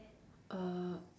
uh